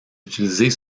utiliser